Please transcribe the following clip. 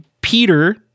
Peter